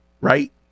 Right